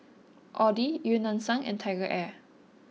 Audi Eu Yan Sang and TigerAir